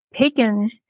taken